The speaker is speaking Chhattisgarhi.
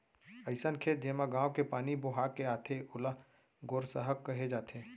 अइसन खेत जेमा गॉंव के पानी बोहा के आथे ओला गोरसहा कहे जाथे